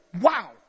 wow